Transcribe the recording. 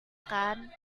kan